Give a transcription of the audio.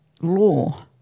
law